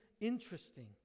interesting